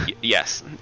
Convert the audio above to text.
Yes